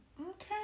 okay